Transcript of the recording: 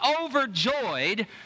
overjoyed